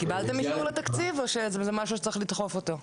קיבלתם אישור לתקציב או שזה משהו שצריך לדחוף אותו?